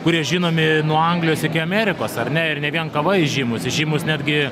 kurie žinomi nuo anglijos iki amerikos ar ne ir ne vien kava jie žymūs jie žymūs netgi